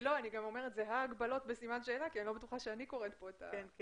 אני אומרת ההגבלות בסימן שאלה כי אני לא בטוחה שאני קוראת נכון.